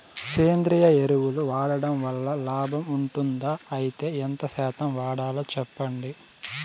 సేంద్రియ ఎరువులు వాడడం వల్ల లాభం ఉంటుందా? అయితే ఎంత శాతం వాడాలో చెప్పండి?